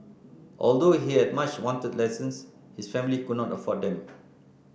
although he much wanted lessons his family could not afford them